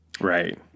right